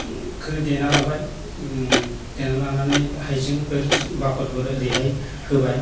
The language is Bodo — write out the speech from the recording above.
खौ देना लाबाय देना लानानै हाइजेंफोर बाखरफोर ओरैहाय होबाय